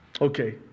Okay